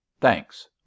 Thanks